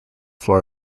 floor